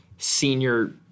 Senior